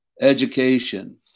education